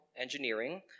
engineering